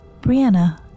Brianna